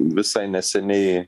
visai neseniai